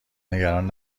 نگران